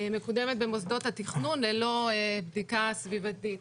מקודמת במוסדות התכנון ללא בדיקה סביבתית.